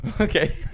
okay